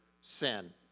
sin